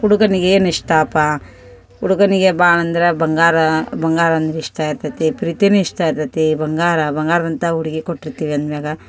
ಹುಡಗನಿಗೆ ಏನು ಇಷ್ಟ ಅಪ್ಪ ಹುಡುಗನಿಗೆ ಬಾ ಅಂದ್ರೆ ಬಂಗಾರ ಬಂಗಾರ ಅಂದ್ರೆ ಇಷ್ಟ ಇರ್ತೈತೆ ಪ್ರೀತಿನು ಇಷ್ಟ ಇರ್ತೈತೆ ಬಂಗಾರ ಬಂಗಾರದಂತ ಹುಡುಗಿ ಕೊಟ್ಟಿರ್ತೀವಿ ಅಂದ್ಮ್ಯಾಗೆ